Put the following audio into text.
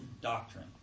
doctrine